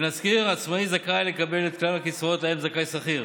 נזכיר כי עצמאי זכאי לקבל את כלל הקצבאות שלהן זכאי שכיר